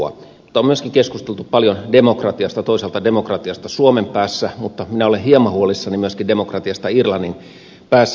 mutta myöskin on keskusteltu paljon demokratiasta toisaalta demokratiasta suomen päässä mutta minä olen hieman huolissani myöskin demokratiasta irlannin päässä